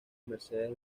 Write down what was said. mercedes